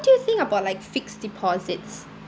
do you think about like fixed deposits